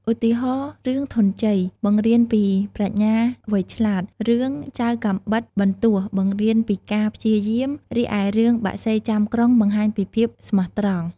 ឧទាហរណ៍ រឿងធនញ្ជ័យបង្រៀនពីប្រាជ្ញាវៃឆ្លាត រឿងចៅកាំបិតបន្ទោះបង្រៀនពីការព្យាយាម រីឯរឿងបក្សីចាំក្រុងបង្ហាញពីភាពស្មោះត្រង់។